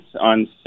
on